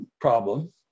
problem